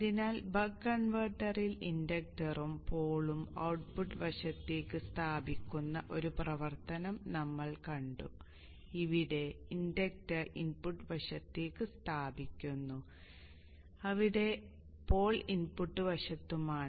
അതിനാൽ ബക്ക് കൺവെർട്ടറിൽ ഇൻഡക്ടറും പോളും ഔട്ട്പുട്ട് വശത്തേക്ക് സ്ഥാപിക്കുന്ന ഒരു പ്രവർത്തനം നമ്മൾ കണ്ടു ഇവിടെ ഇൻഡക്ടർ ഇൻപുട്ട് വശത്തേക്ക് സ്ഥാപിക്കുന്നു അവിടെ പോൾ ഇൻപുട്ട് വശത്താണ്